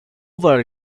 over